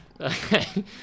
Okay